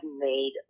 made